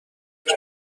قدم